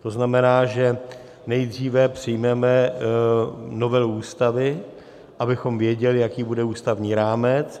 To znamená, že nejdříve přijmeme novelu Ústavy, abychom věděli, jaký bude ústavní rámec.